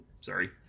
Sorry